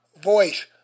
voice